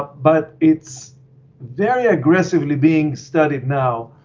but it's very aggressively being studied now.